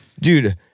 dude